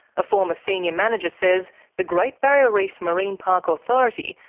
a former senior manager says the great barrier reef marine park authority,